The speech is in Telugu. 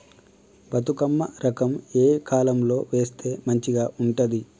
బతుకమ్మ రకం ఏ కాలం లో వేస్తే మంచిగా ఉంటది?